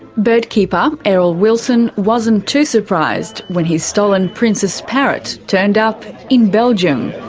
bird keeper errol wilson wasn't too surprised when his stolen princess parrot turned up in belgium.